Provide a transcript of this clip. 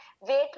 weight